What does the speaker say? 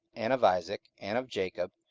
and of isaac, and of jacob,